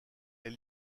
est